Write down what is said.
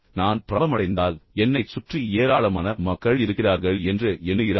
நான் பிரபலமடைந்தால் என்னைச் சுற்றி ஏராளமான மக்கள் இருக்கிறார்கள் என்று எண்ணுகிறார்கள்